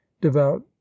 devout